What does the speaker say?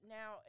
now